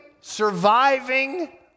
surviving